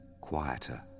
quieter